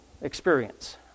experience